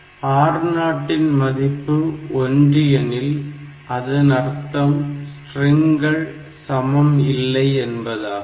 R0 இன் மதிப்பு 1 எனில் அதன் அர்த்தம் ஸ்ட்ரிங்கள் சமம் இல்லை என்பதாகும்